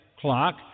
clock